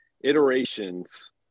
iterations